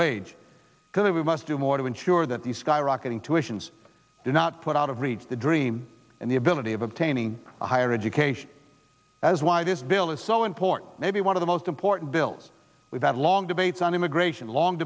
that we must do more to ensure that the skyrocketing tuitions do not put out of reach the dream and the ability of obtaining a higher education as why this bill is so important maybe one of the most important bills we've had long debates on immigration long